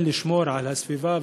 לשמור על הסביבה,